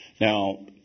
Now